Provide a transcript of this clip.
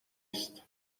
است